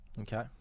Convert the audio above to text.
Okay